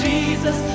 Jesus